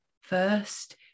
first